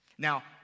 Now